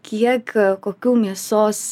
kiek kokių mėsos